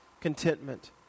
contentment